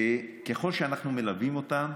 ככל שאנחנו מלווים אותם,